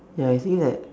ya I feel that